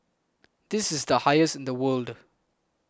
this is the highest in the world